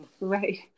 Right